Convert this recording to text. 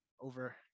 over